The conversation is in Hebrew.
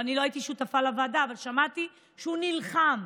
לא הייתי שותפה לוועדה אבל שמעתי שהוא נלחם.